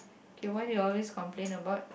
okay what do you always complain about